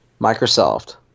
Microsoft